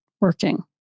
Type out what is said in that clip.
working